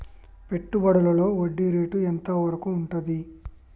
పెట్టుబడులలో వడ్డీ రేటు ఎంత వరకు ఉంటది?